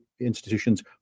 institutions